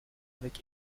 avec